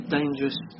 dangerous